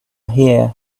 here